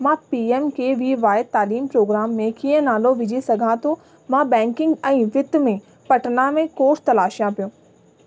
मां P M K V Y तालीम programme में कीअं नालो विझी सघां थो मां बैंकिंग ऐं वित्त में पटना में कोर्स तलाशिया पियो